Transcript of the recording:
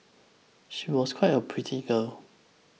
she was quite a pretty girl